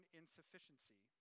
insufficiency